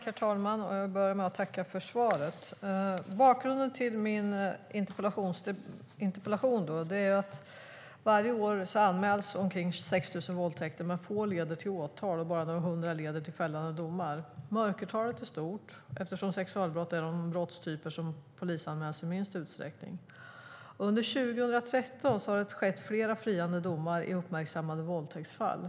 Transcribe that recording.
Herr talman! Jag börjar med att tacka för svaret. Bakgrunden till min interpellation är att varje år anmäls omkring 6 000 våldtäkter, men få leder till åtal och bara några hundra leder till fällande domar. Mörkertalet är stort eftersom sexualbrott är en av de brottstyper som polisanmäls i minst utsträckning. Under 2013 har det kommit flera friande domar i uppmärksammade våldtäktsfall.